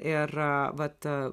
ir vat